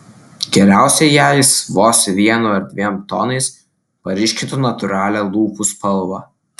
geriausia jei jis vos vienu ar dviem tonais paryškintų natūralią lūpų spalvą